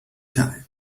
time